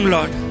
Lord